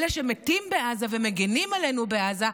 אלה שמתים בעזה ומגינים עלינו בעזה,